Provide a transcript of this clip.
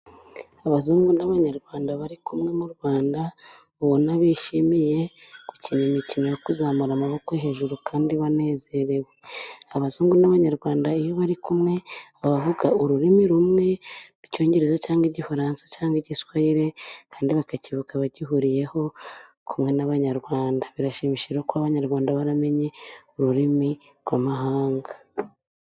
Abazungu n'abanyarwanda bari kumwe mu Rwanda ubona bishimiye gukina imikino yo kuzamura amaboko hejuru kandi banezerewe, abazungu n'abanyarwanda iyo bari kumwe baba bavuga ururimi rumwe rw'icyongereza cyangwa igifaransa cyangwa igiswahili kandi bakakivuka bagihuriyeho kumwe n'abanyarwanda, birashimishije kuba abanyarwanda baramenye ururimi rw'amahanga.